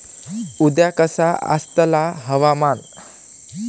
उद्या कसा आसतला हवामान?